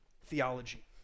theology